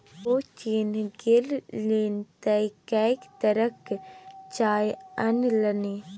ओ चीन गेलनि तँ कैंक तरहक चाय अनलनि